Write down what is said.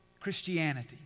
Christianity